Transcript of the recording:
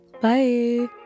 Bye